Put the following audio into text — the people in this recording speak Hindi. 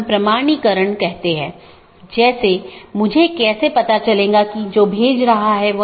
एक विशेष उपकरण या राउटर है जिसको BGP स्पीकर कहा जाता है जिसको हम देखेंगे